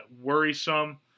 worrisome